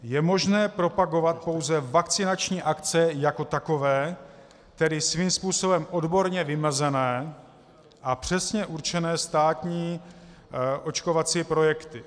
Je možné propagovat pouze vakcinační akce jako takové, tedy svým způsobem odborně vymezené a přesně určené státní očkovací projekty.